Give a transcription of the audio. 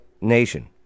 nation